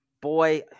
boy